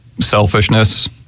selfishness